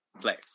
play